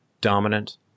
dominant